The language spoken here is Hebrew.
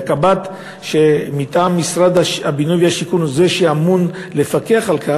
והקב"ט מטעם משרד הבינוי והשיכון שהוא זה שאמון לפקח על כך,